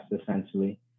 essentially